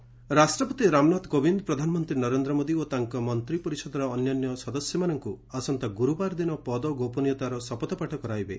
PM oath ରାଷ୍ଟ୍ରପତି ରାମନାଥ କୋବିନ୍ଦ ପ୍ରଧାନମନ୍ତ୍ରୀ ନରେନ୍ଦ୍ର ମୋଦି ଓ ତାଙ୍କ ମନ୍ତ୍ରୀ ପରିଷଦର ଅନ୍ୟାନ୍ୟ ସଦସ୍ୟମାନଙ୍କୁ ଆସନ୍ତା ଗୁରୁବାର ଦିନ ପଦ ଓ ଗୋପନୀୟତାର ଶପଥପାଠ କରାଇବେ